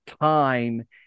time